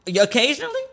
Occasionally